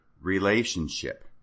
relationship